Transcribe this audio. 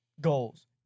goals